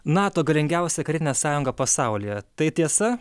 nato galingiausia karinė sąjunga pasaulyje tai tiesa